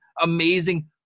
amazing